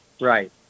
right